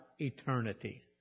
eternity